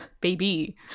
Baby